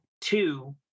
Two